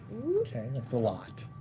okay. that's a lot.